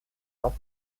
auf